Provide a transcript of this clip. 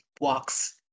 walks